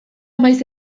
maiz